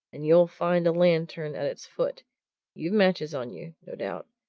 and you'll find a lantern at its foot you've matches on you, no doubt.